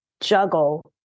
juggle